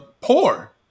poor